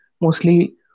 mostly